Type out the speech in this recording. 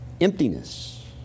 Emptiness